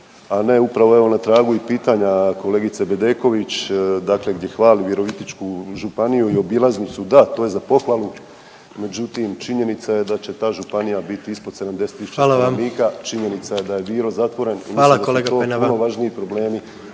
a ne upravo na evo na tragu i pitanja kolegice Bedeković dakle gdje hvali Virovitičku županiju i obilaznicu. Da, to je za pohvalu, međutim činjenica je da će ta županija biti ispod 70.000 stanovnika …/Upadica predsjednik: Hvala vam./…